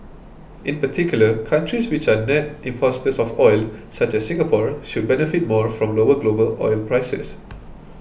in particular countries which are net importers of oil such as Singapore should benefit more from lower global oil prices